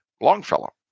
Longfellow